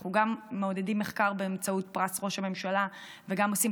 אנחנו גם מעודדים מחקר באמצעות פרס ראש הממשלה וגם עושים